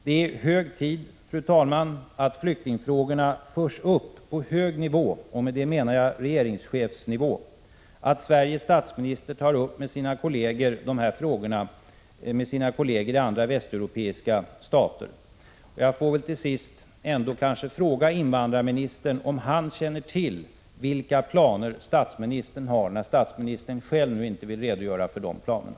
Det är hög tid, fru talman, att flyktingfrågorna förs upp på hög nivå, och med det menar jag regeringschefsnivå — att Sveriges statsminister tar upp dessa frågor med sina kolleger i andra västeuropeiska stater. Till sist får jag kanske ändå fråga invandrarministern om han känner till vilka planer statsministern har, när statsministern själv nu inte vill redogöra för de planerna.